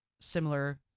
similar